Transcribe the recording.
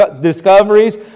discoveries